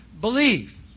believe